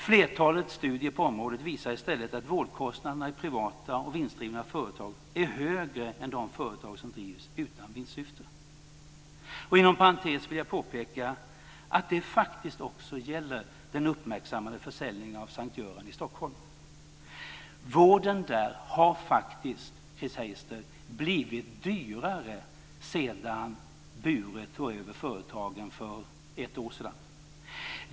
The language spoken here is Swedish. Flertalet studier på området visar i stället att vårdkostnaderna i privata och vinstdrivna företag är högre än i de företag som drivs utan vinstsyfte. Inom parentes vill jag påpeka att det faktiskt också gäller den så uppmärksammade försäljningen av S:t Görans sjukhus i Stockholm. Vården där har, sägs det, blivit dyrare sedan Bure tog över företagen för ett år sedan.